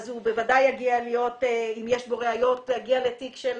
אז אם יש בו ראיות הוא בוודאי יגיע לתיק של